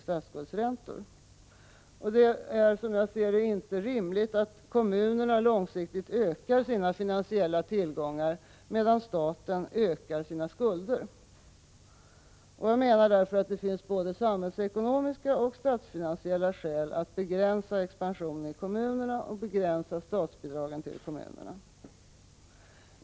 statsskuldsräntor. Det är som jag ser det inte rimligt att kommunerna långsiktigt ökar ina skulder. Det finns därför l att begränsa expansionen sina finansiella tillgångar, medan staten ökar s både samhällsekonomiska och statsfinansiella i kommunerna liksom statsbidraget till dem.